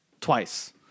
twice